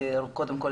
קודם כול,